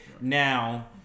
Now